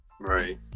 right